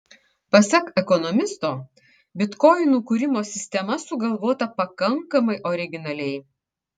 pasak ekonomisto bitkoinų kūrimo sistema sugalvota pakankamai originaliai